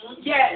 Yes